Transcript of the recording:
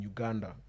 Uganda